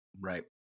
Right